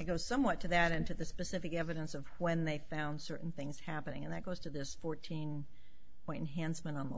i go somewhat to that into the specific evidence of when they found certain things happening and that goes to this fourteen point hands minim